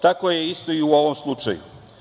Tako je isto i u ovom slučaju.